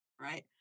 Right